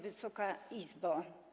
Wysoka Izbo!